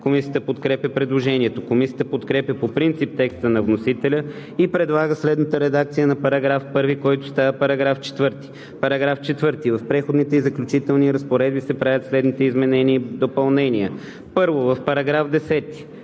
Комисията подкрепя предложението. Комисията подкрепя по принцип текста на вносителя и предлага следната редакция на § 1, който става § 4: „§ 4. В преходните и заключителните разпоредби се правят следните изменения и допълнения: 1. В § 10: